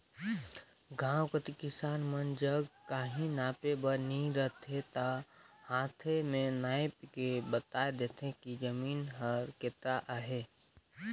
गाँव कती किसान मन जग काहीं नापे बर नी रहें ता हांथे में नाएप के बताए देथे कि जमीन हर केतना अहे